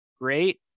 Great